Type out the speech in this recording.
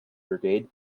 brigade